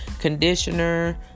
conditioner